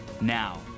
Now